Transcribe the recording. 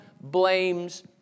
blames